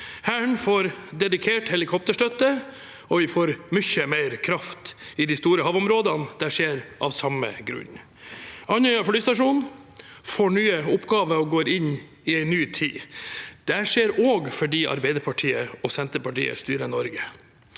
Hæren får dedikert helikopterstøtte, og vi får mye mer kraft i de store havområdene. Det skjer av samme grunn. Andøya flystasjon får nye oppgaver og går inn i en ny tid. Dette skjer også fordi Arbeiderpartiet og Senterpartiet styrer Norge.